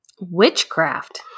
witchcraft